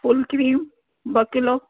full cream ॿ kilo